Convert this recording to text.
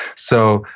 so,